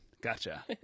Gotcha